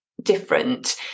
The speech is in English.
Different